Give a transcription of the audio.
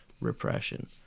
repression